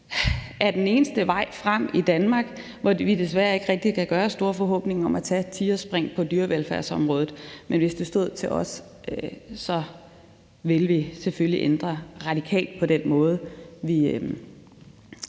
er den eneste vej frem i Danmark. Vi kan desværre ikke rigtig kan gøre os store forhåbninger om at tage tigerspring på dyrevelfærdsområdet. Men hvis det stod til os, så ville vi selvfølgelig ændre radikalt på den måde, vi